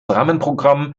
rahmenprogramm